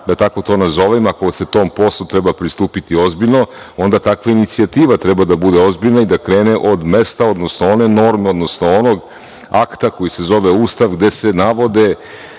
da tako to nazovem, ako se tom poslu treba pristupiti ozbiljno, onda takva inicijativa treba da bude ozbiljna i da krene od mesta, odnosno one norme, odnosno onog akta koji se zove Ustav, gde se navode